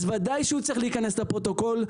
אז וודאי שהוא צריך להיכנס לפרוטוקול,